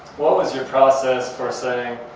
what was your process for saying,